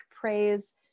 praise